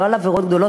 לא על עבירות גדולות,